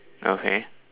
okay